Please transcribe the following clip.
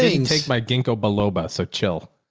i didn't take my gingko biloba, so chill.